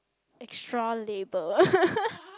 extra label